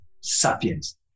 sapiens